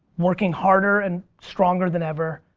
working harder and stronger than ever,